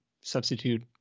substitute